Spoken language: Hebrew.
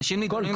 אנשים --- כל